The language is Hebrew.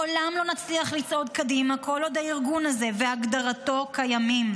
לעולם לא נצליח לצעוד קדימה כל עוד הארגון הזה והגדרתו קיימים.